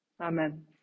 Amen